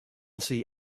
see